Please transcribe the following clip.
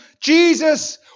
Jesus